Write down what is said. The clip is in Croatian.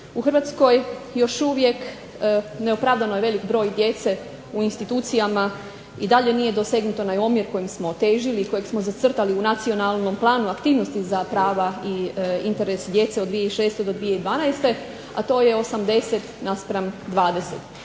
U Hrvatskoj još uvijek neopravdano je velik broj djece u institucijama. I dalje nije dosegnut onaj omjer kojim smo težili i kojeg smo zacrtali u Nacionalnom planu aktivnosti za prava i interes djece od 2006. do 2012. a to je 80 naspram 20.